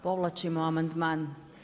Povlačimo amandman.